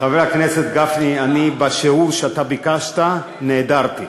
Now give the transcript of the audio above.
חבר הכנסת גפני, בשיעור שביקשת נעדרתי,